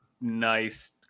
nice